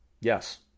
Yes